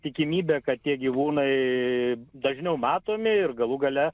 tikimybė kad tie gyvūnai dažniau matomi ir galų gale